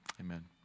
Amen